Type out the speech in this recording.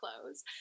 clothes